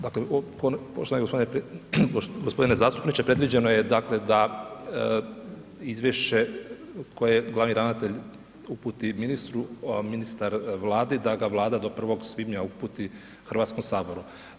Dakle poštovani gospodine zastupniče, predviđeno je dakle da izvješće koje glavni ravnatelj uputi ministru a ministar Vladi da ga Vlada do 1. svibnja uputi Hrvatskom saboru.